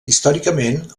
històricament